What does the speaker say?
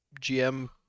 GM